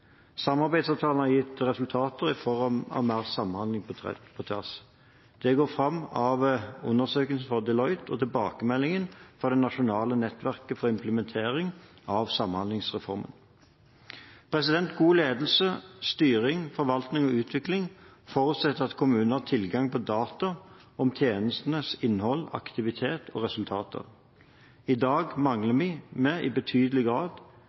har gitt resultater i form av mer samhandling på tvers. Det går fram av en undersøkelse fra Deloitte og tilbakemeldinger fra Nasjonalt nettverk for implementering av samhandlingsreformen. God ledelse, styring, forvaltning og utvikling forutsetter at kommunen har tilgang på data om tjenestenes innhold, aktivitet og resultater. I dag mangler vi i betydelig grad